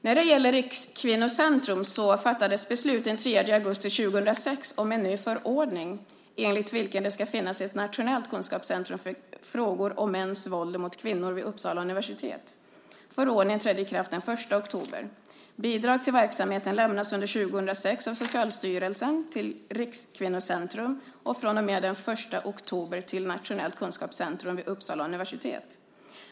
När det gäller Rikskvinnocentrum fattades beslut den 3 augusti 2006 om en ny förordning enligt vilken det ska finnas ett nationellt kunskapscentrum för frågor om mäns våld mot kvinnor vid Uppsala universitet. Förordningen trädde i kraft den 1 oktober. Bidrag till verksamheten lämnas under 2006 av Socialstyrelsen till Rikskvinnocentrum och från och med den 1 oktober till Nationellt kunskapscentrum vid Uppsala universitet .